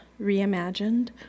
Reimagined